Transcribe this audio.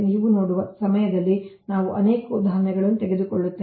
ನೀವು ನೋಡುವ ಸಮಯದಲ್ಲಿ ನಾವು ಅನೇಕ ಉದಾಹರಣೆಗಳನ್ನು ತೆಗೆದುಕೊಳ್ಳುತ್ತೇವೆ